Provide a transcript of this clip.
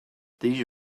these